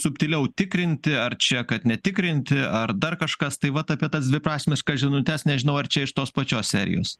subtiliau tikrinti ar čia kad netikrinti ar dar kažkas tai vat apie tas dviprasmiškas žinutes nežinau ar čia iš tos pačios serijos